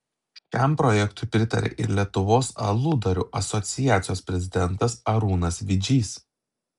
šiam projektui pritaria ir lietuvos aludarių asociacijos prezidentas arūnas vidžys